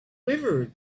quivered